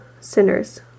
sinners